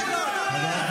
את לא כזאת.